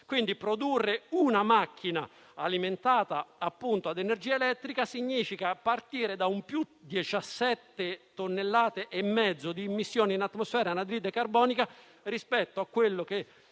Quindi produrre una macchina alimentata a energia elettrica significa partire da un più 17,5 tonnellate di immissione in atmosfera di anidride carbonica rispetto a quello che